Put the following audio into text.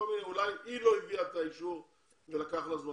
אולי היא לא הביאה אתה אישור ולכן הזמן